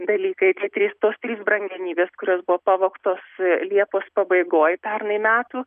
dalykai tie trys tos trys brangenybės kurios buvo pavogtos liepos pabaigoj pernai metų